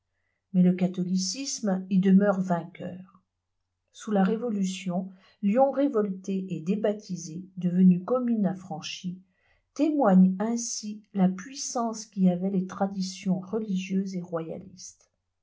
mais le catholicisme y demeure vainqueur sous la révolution lyon révoltée et débaptisée devenue commune affranchie témoigne ainsi la puissance qu'y avaient les traditions religieuses et royalistes